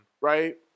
Right